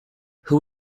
who